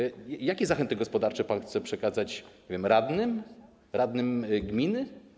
Jakie zachęty gospodarcze pan chce przekazać, nie wiem, radnym, radnym gminy?